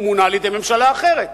הוא מונה על-ידי ממשלה אחרת.